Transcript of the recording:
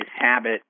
habit